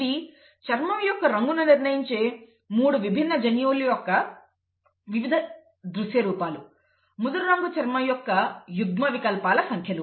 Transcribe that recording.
ఇవి చర్మం యొక్క రంగును నిర్ణయించే మూడు విభిన్న జన్యువుల యొక్క వివిధ దృశ్య రూపాలు ముదురు రంగు చర్మం యొక్క యుగ్మ వికల్పాల సంఖ్యలు